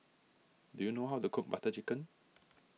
do you know how to cook Butter Chicken